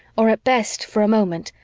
or at best, for a moment,